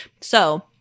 So-